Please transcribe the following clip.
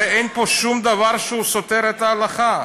הרי אין פה שום דבר שסותר את ההלכה.